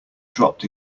dropped